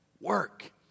work